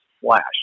flash